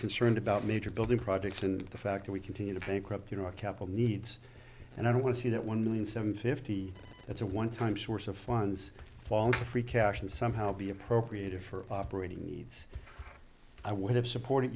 concerned about major building projects and the fact that we continue to pick up you know a couple needs and i don't want to see that one million seven fifty that's a one time source of funds for free cash and somehow be appropriated for operating needs i would have supported